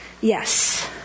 Yes